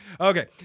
Okay